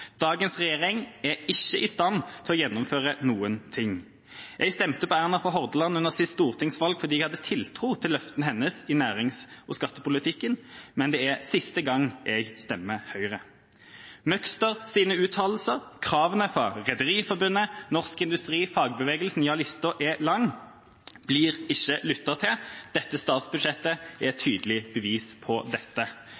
Dagens regjering er jo ikke i stand til å gjennomføre noen ting. Jeg stemte på Erna fra Hordaland under sist stortingsvalg, fordi jeg hadde tiltro til løftene hennes i nærings- og skattepolitikken. Men det er siste gang jeg stemmer Høyre.» Møgsters uttalelser, kravene fra Rederiforbundet, Norsk Industri og fagbevegelsen – ja, lista er lang – blir ikke lyttet til. Dette statsbudsjettet er et tydelig bevis på dette.